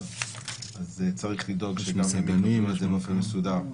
כקבוצה וזה שומר על המסגרת הקבוצתית הזאת.